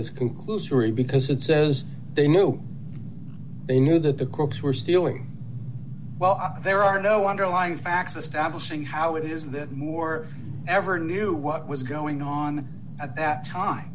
as conclusory because it says they knew they knew that the crooks were stealing well there are no underlying facts establishing how it is that moore ever knew what was going on at that time